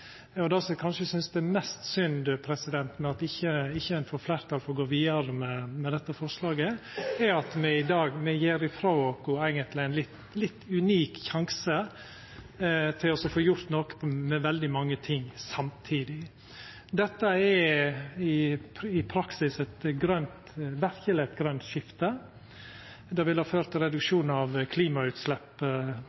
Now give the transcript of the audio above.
som eg synest kanskje er mest synd med at ein ikkje får fleirtal for å gå vidare med dette forslaget, er at me i dag gjev ifrå oss ein litt unik sjanse til å få gjort noko med veldig mange ting samtidig. Dette er i praksis verkeleg eit grønt skifte. Det ville ha ført